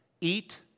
Eat